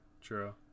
True